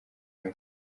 misa